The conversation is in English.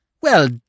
Well